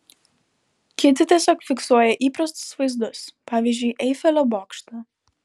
kiti tiesiog fiksuoja įprastus vaizdus pavyzdžiui eifelio bokštą